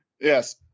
Yes